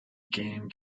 game